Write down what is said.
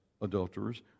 adulterers